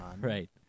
Right